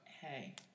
Hey